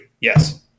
Yes